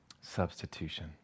substitution